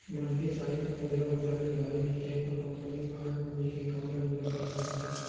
मनखे चाहे त मुद्रा बजार ले उधारी लेके अपन कंपनी म आय पूंजी के काम ल पूरा कर सकत हे